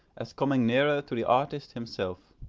as coming nearer to the artist himself.